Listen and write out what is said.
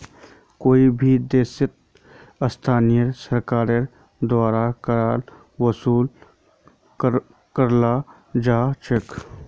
कोई भी देशत स्थानीय सरकारेर द्वारा कर वसूल कराल जा छेक